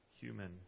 human